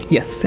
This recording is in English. Yes